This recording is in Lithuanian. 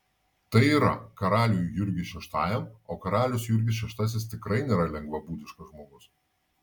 tai yra karaliui jurgiui šeštajam o karalius jurgis šeštasis tikrai nėra lengvabūdiškas žmogus